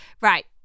right